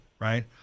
right